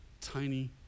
tiny